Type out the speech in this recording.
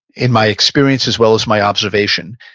in my experience as well as my observation,